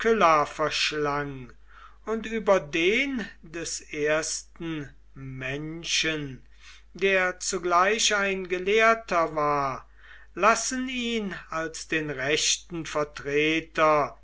verschlang und über den des ersten menschen der zugleich ein gelehrter war lassen ihn als den rechten vertreter